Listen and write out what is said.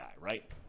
right